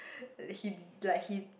he like he